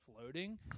floating